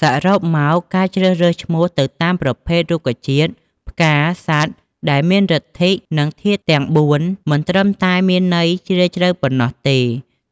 សរុបមក ការជ្រើសរើសឈ្មោះទៅតាម ប្រភេទ រុក្ខជាតិ ផ្កា សត្វដែលមានឬទ្ធិ និងធាតុទាំងបួន មិនត្រឹមតែមានន័យជ្រាលជ្រៅប៉ុណ្ណោះទេ